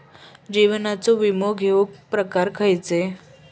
जीवनाचो विमो घेऊक प्रकार खैचे?